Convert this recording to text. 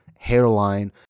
hairline